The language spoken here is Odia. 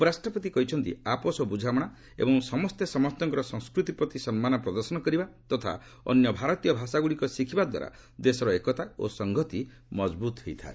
ଉପରାଷ୍ଟ୍ରପତି କହିଛନ୍ତି ଆପୋଷ ବୁଝାମଣା ଏବଂ ସମସ୍ତେ ସମସ୍ତଙ୍କର ସଂସ୍କୃତି ପ୍ରତି ସମ୍ମାନ ପ୍ରଦର୍ଶନ କରିବା ତଥା ଅନ୍ୟ ଭାରତୀୟ ଭାଷାଗ୍ରଡ଼ିକ ଶିଖିବାଦ୍ୱାରା ଦେଶର ଏକତା ଓ ସଂହତି ମଜବ୍ରତ୍ ହୋଇଥାଏ